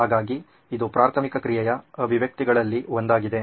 ಹಾಗಾಗಿ ಇದು ಪ್ರಾಥಮಿಕ ಕ್ರಿಯೆಯ ಅಭಿವ್ಯಕ್ತಿಗಳಲ್ಲಿ ಒಂದಾಗಿದೆ